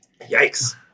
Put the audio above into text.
Yikes